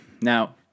now